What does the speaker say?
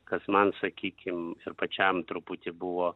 kas man sakykim ir pačiam truputį buvo